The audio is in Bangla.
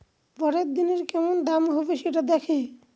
পরের দিনের কেমন দাম হবে, সেটা দেখে